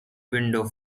window